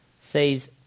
says